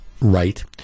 right